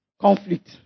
conflict